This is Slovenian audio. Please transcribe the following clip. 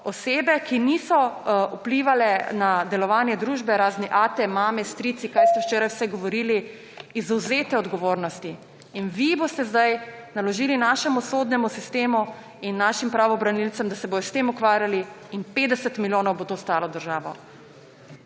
osebe, ki niso vplive na delovanje družbe, razni ate, mame, strice, kar ste včeraj vse govorili, izvzete odgovornosti. In vi boste zdaj naložili našemu sodnemu sistemu in našim pravobranilcem, da se bodo s tem ukvarjali. In 50 milijonov bo to stalo državo.